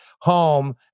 home